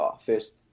first